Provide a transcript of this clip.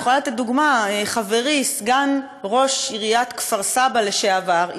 אני יכולה לתת דוגמה: חברי סגן ראש עיריית כפר סבא לשעבר,